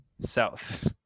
South